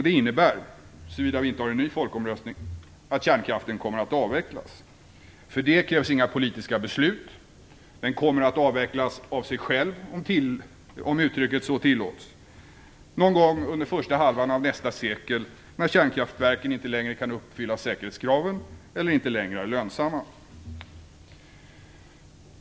Det innebär, såvida vi inte har en ny folkomröstning, att kärnkraften kommer att avvecklas. För det krävs inga politiska beslut. Kärnkraften kommer att avvecklas av sig själv, om uttrycket tillåts, någon gång under första halvan av nästa sekel när kärnkraftverken inte längre kan uppfylla säkerhetskraven eller inte längre är lönsamma.